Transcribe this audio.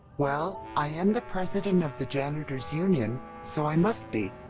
well, i am the president of the janitors union, so i must be.